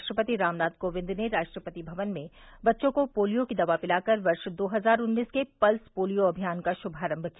राष्ट्रपति रामनाथ कोविंद ने राष्ट्रपति भवन में बच्चों को पोलियो की दवा पिलाकर वर्ष दो हजार उन्नीस के पल्स पोलियो अभियान का शुभारंभ किया